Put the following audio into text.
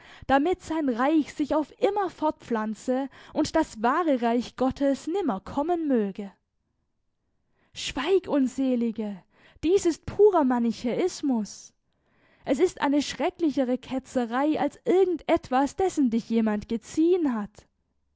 damit sein reich sich auf immer fortpflanze und das wahre reich gottes nimmer kommen möge schweig unselige dies ist purer manichäismus es ist eine schrecklichere ketzerei als irgend etwas dessen dich jemand geziehen hat